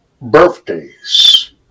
birthdays